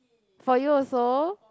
for you also